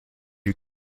you